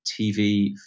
TV